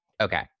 Okay